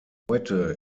heute